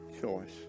choice